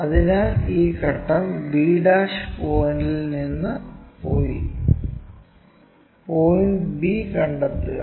അതിനാൽ ഈ ഘട്ടം b പോയിന്റ് നിന്ന് പോയി പോയിൻറ് bകണ്ടെത്തുക